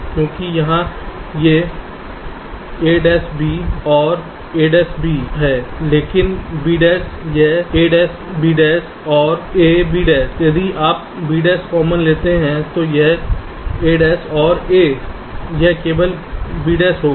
क्योंकि यहां ये 'a b OR a'b 'a b a'b ठीक है लेकिन 'b यह 'a'b OR a'b है यदि आप 'b को कॉमन लेते हैं तो यह 'a OR a यह केवल 'b होगा